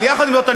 אבל יחד עם זאת,